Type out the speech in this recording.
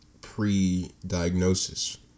pre-diagnosis